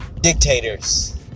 dictators